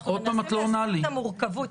אנחנו מנסים להסביר את המורכבות.